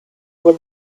were